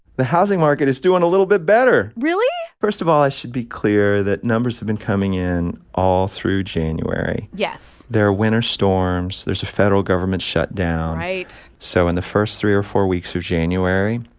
the housing market is doing a little bit better really? first of all, i should be clear that numbers have been coming in all through january yes there are winter storms. there's a federal government shutdown right so in the first three or four weeks of january,